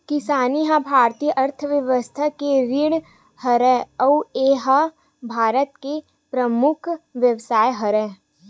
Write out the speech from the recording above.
किसानी ह भारतीय अर्थबेवस्था के रीढ़ हरय अउ ए ह भारत के परमुख बेवसाय हरय